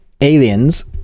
aliens